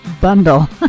bundle